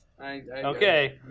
Okay